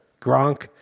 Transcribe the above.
Gronk